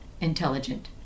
intelligent